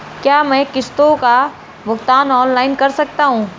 क्या मैं किश्तों का भुगतान ऑनलाइन कर सकता हूँ?